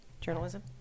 Journalism